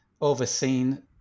overseen